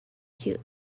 cute